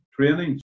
training